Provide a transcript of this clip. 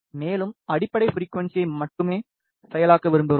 மேலும் அடிப்படை ஃபிரிக்குவன்ஸியை மட்டுமே செயலாக்க விரும்புகிறோம்